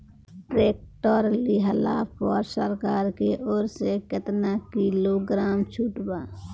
Tractor लिहला पर सरकार की ओर से केतना किलोग्राम छूट बा?